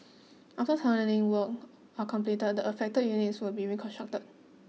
after tunnelling works are completed the affected unit will be reconstructed